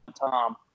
tom